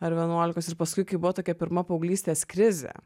ar vienuolikos ir paskui kai buvo tokia pirma paauglystės krizė